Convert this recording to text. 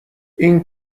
این